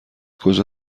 کجا